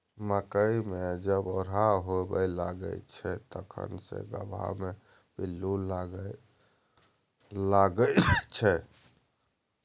मकई मे जब ओरहा होबय लागय छै तखन से गबहा मे पिल्लू लागय लागय छै, केना दबाय आ कतेक मात्रा मे छिरकाव कैल जाय?